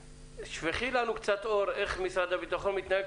שפכי לנו קצת אור איך משרד הביטחון מתנהל.